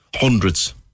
Hundreds